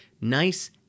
nice